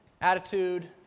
attitude